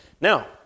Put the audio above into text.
Now